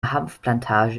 hanfplantage